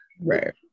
Right